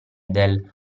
del